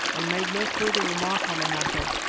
and made no further remark on the matter.